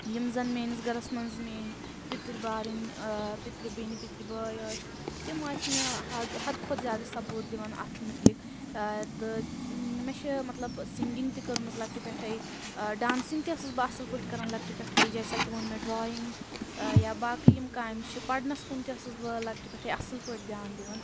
یِم زَن میٛٲنِس گھرَس منٛز میٛٲنۍ پتٕرۍ بھارٕنۍ ٲں پترِ بیٚنہِ پتٕرۍ بھٲے ٲسۍ تِم ٲسۍ مےٚ حد حدٕ کھۄتہٕ زیادٕ سَپورٹ دِوان اَتھ متعلق ٲں تہٕ مےٚ چھِ مطلب سِنٛگِنٛگ تہِ کٔرمٕژ لۄکٹہِ پٮ۪ٹھٔے ٲں ڈانسِنٛگ تہِ ٲسٕس بہٕ اصٕل پٲٹھۍ کران لۄکٹہِ پٮ۪ٹھٔے جیسا کہِ ووٚن مےٚ ڈرٛایِنٛگ ٲں یا باقٕے یِم کامہِ چھِ پَرنَس کُن تہِ ٲسٕس بہٕ لۄکٹہِ پٮ۪ٹھٔے اصٕل پٲٹھۍ دھیٛان دِوان